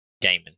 Gaming